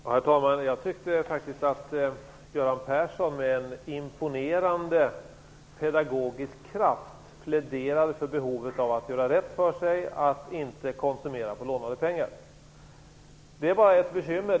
Herr talman! Jag tyckte faktiskt att Göran Persson med en imponerande pedagogisk kraft pläderade för behovet av att göra rätt för sig, att inte konsumera för lånade pengar. Det är bara ett bekymmer.